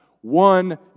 one